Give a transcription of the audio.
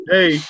Hey